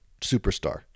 superstar